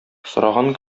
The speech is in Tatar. сораган